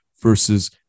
versus